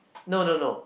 no no no